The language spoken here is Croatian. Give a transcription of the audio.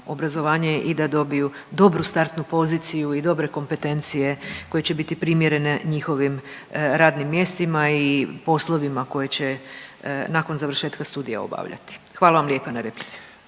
i da dobiju dobru startnu poziciju i dobre kompetencije koje će biti primjerene njihovim radnim mjestima i poslovima koje će nakon završetka studija obavljati. Hvala vam lijepa na replici.